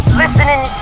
listening